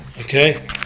Okay